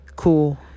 Cool